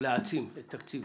להעצים את תקציב